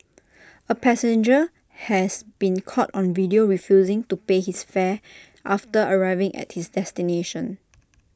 A passenger has been caught on video refusing to pay his fare after arriving at his destination